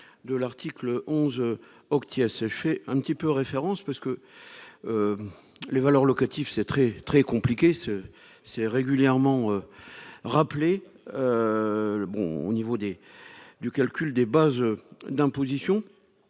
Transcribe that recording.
de l'article 11 oct séché un petit peu référence parce que les valeurs locatives, c'est très très compliqué ce c'est régulièrement rappelé bon au niveau des du calcul des bases d'imposition